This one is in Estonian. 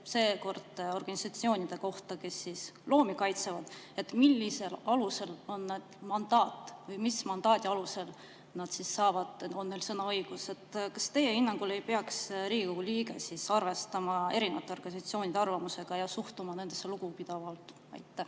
seekord organisatsioonide kohta, kes loomi kaitsevad –, et millisel alusel on neil mandaat või mis mandaadi alusel on neil sõnaõigus. Kas teie hinnangul ei peaks Riigikogu liige arvestama erinevate organisatsioonide arvamusega ja suhtuma nendesse lugupidavalt? Aitäh!